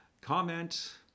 comment